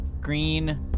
Green